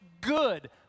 good